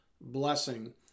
blessing